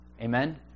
Amen